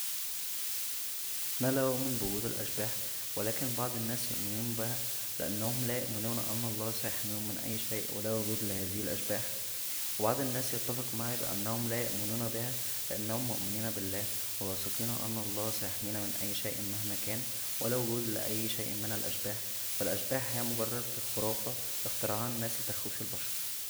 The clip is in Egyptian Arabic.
انا لا اؤمن بوجود الاشباح لكن بعض الناس يؤمنون بها لانهم لا يؤمنون ان الله سيحميهم من اى شىء ولا وجود لهذه الاشباح و بعض الناس يتفق معى بانهم لا يؤمنون بها لانهم مؤمنين بالله و واثقين ان الله سيحمينا من اى شىء مها كان ولا وجود لاى شىء من الاشباح فالاشباح هى مجرد خرافه اخترعها الناس لتخويف البشر